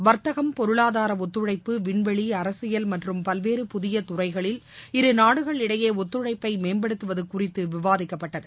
வர்த்தகம் பொருளாதார ஒத்துழைப்பு வின்வெளி அரசியல் மற்றம் பல்வேறு புதிய துறைகளில் இருநாடுகள் இடையே ஒத்துழைப்பை மேம்படுத்துவது குறித்து விவாதிக்கப்பட்டது